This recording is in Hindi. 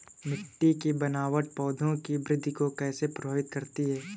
मिट्टी की बनावट पौधों की वृद्धि को कैसे प्रभावित करती है?